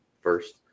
first